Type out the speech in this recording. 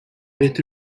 bit